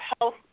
health